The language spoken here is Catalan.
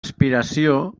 aspiració